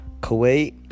Kuwait